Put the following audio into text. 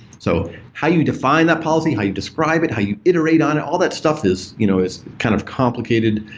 so how you define that policy, how you describe it, how you iterate on it, all that stuff is you know is kind of complicated,